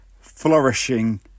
flourishing